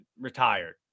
retired